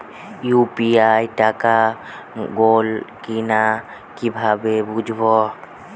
UPI টাকা গোল কিনা কিভাবে বুঝব?